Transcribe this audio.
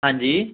ਹਾਂਜੀ